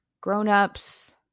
grownups